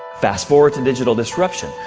fast-forward to digital disruption.